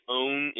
own